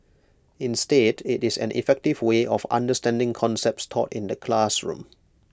instead IT it is an effective way of understanding concepts taught in the classroom